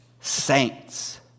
saints